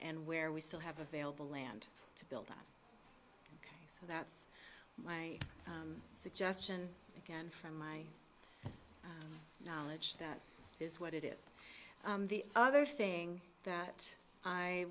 and where we still have available land to build on so that's my suggestion again from my knowledge that is what it is the other thing that i